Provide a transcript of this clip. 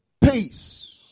peace